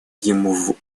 ему